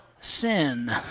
sin